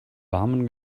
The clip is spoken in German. warmen